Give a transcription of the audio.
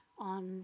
on